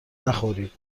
نخورید